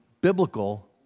biblical